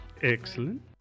Excellent